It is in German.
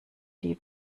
die